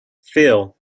phil